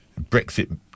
Brexit